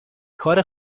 کار